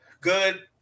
good